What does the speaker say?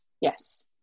Yes